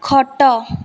ଖଟ